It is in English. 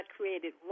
created